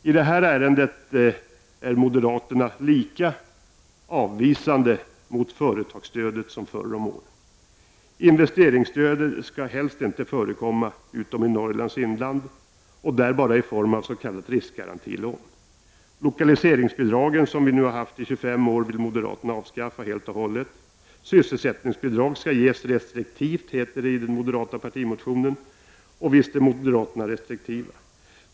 I det här ärendet är moderaterna lika avvisande mot företagsstödet som förr om åren. Investeringsstöd skall helst inte förekomma utom i Norrlands ” inland och där bara i form av s.k. riksgarantilån. Lokaliseringsbidragen, som vi nu har haft i 25 år, vill moderaterna avskaffa helt och hållet. Sysselsättningsbidrag skall ges restriktivt, heter det i den moderata partimotionen. Och visst är moderaterna restriktiva.